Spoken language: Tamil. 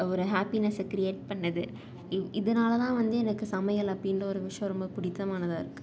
ஒரு ஹேப்பினஸை க்ரியேட் பண்ணுது இதனால தான் வந்து எனக்கு சமையல் அப்படின்ற ஒரு விஷயம் ரொம்ப பிடித்தமானதா இருக்குது